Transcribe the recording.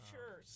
Sure